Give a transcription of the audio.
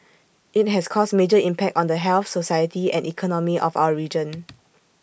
IT has caused major impact on the health society and economy of our region